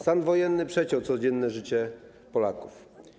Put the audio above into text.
Stan wojenny przeciął codzienne życie Polaków.